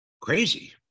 crazy